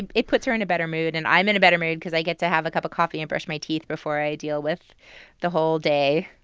and it puts her in a better mood. and i'm in a better mood because i get to have a cup of coffee and brush my teeth before i deal with the whole day,